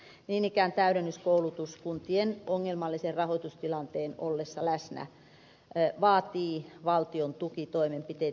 niin ikään täydennyskoulutus kuntien ongelmallisen rahoitustilanteen ollessa läsnä vaatii valtion tukitoimenpiteitä